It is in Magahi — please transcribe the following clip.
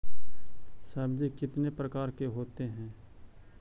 सब्जी कितने प्रकार के होते है?